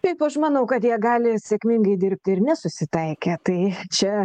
taip aš manau kad jie gali sėkmingai dirbti ir nesusitaikę tai čia